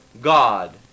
God